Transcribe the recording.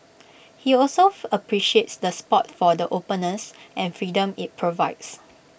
he also appreciates the spot for the openness and freedom IT provides